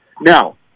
Now